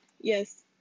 Yes